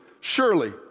surely